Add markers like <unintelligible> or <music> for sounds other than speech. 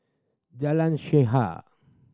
Jalan <unintelligible>